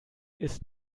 ist